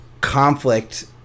conflict